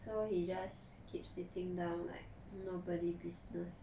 so he just keep sitting down like nobody business